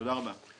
תודה רבה.